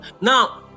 Now